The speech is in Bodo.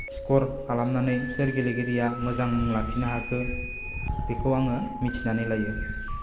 स्क'र खालामनानै सोर गेलेगिरिआ मोजां मुं लाखिनो हाखो बेखौ आङो मिथिनानै लायो